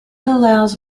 allows